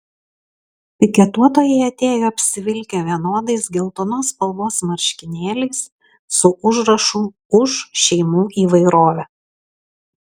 piketuotojai atėjo apsivilkę vienodais geltonos spalvos marškinėliais su užrašu už šeimų įvairovę